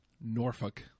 Norfolk